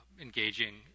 engaging